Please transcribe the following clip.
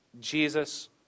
Jesus